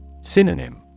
Synonym